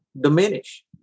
diminish